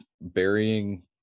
burying